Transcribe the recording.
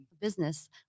business